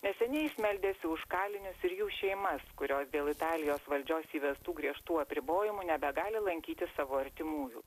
neseniai jis meldėsi už kalinius ir jų šeimas kurios dėl italijos valdžios įvestų griežtų apribojimų nebegali lankyti savo artimųjų